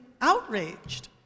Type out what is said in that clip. outraged